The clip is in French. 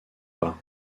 pas